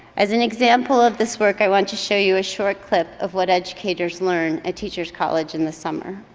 as an example of this work, i want to show you a short clip of what educators learn at teachers college in the summer.